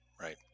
Right